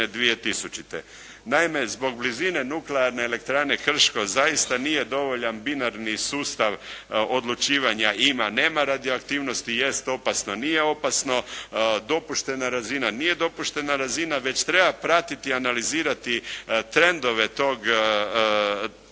2000. Naime, zbog blizine Nuklearne elektrane Krško zaista nije dovoljan binarni sustav odlučivanja ima/nema radioaktivnosti, jest opasno/nije opasno, dopuštena razina/nije dopuštena razina već treba pratiti i analizirati trendove tih